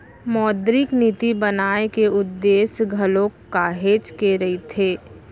मौद्रिक नीति बनाए के उद्देश्य घलोक काहेच के रहिथे